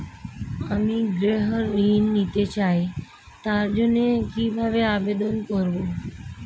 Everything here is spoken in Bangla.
আমি গৃহ ঋণ নিতে চাই তার জন্য কিভাবে আবেদন করব?